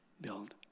build